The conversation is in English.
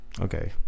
Okay